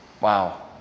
Wow